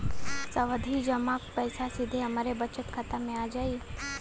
सावधि जमा क पैसा सीधे हमरे बचत खाता मे आ जाई?